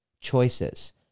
choices